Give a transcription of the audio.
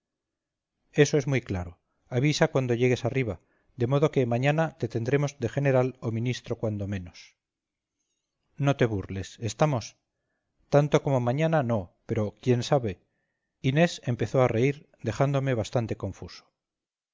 eso es muy claro avisa cuando llegues arriba de modo que mañana te tendremos de general o ministro cuando menos no te burles estamos tanto como mañana no pero quién sabe inés empezó a reír dejándome bastante confuso